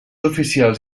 oficials